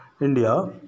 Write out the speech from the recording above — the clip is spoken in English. India